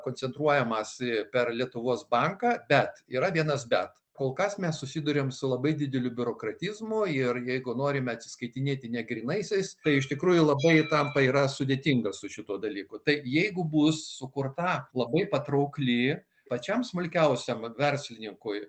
koncentruojamasi per lietuvos banką bet yra vienas bet kol kas mes susiduriam su labai dideliu biurokratizmu ir jeigu norime atsiskaitinėti ne grynaisiais tai iš tikrųjų labai tampa yra sudėtinga su šituo dalyku tai jeigu bus sukurta labai patraukli pačiam smulkiausiam va verslininkui